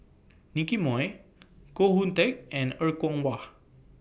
Nicky Moey Koh Hoon Teck and Er Kwong Wah